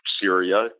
Syria